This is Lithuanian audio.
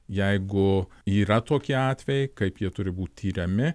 jeigu yra tokie atvejai kaip jie turi būt tiriami